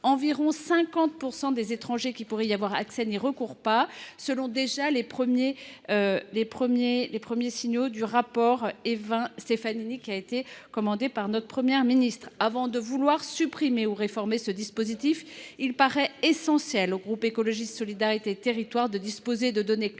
Environ 50 % des étrangers qui peuvent y avoir accès n’y recourent pas, selon les premiers éléments du rapport Évin Stefanini commandé par la Première ministre. Avant de vouloir supprimer ou réformer ce dispositif, il paraît essentiel au groupe Écologiste – Solidarité et Territoires de disposer de données claires